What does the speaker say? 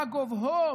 מה גובהו,